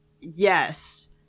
Yes